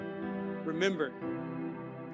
Remember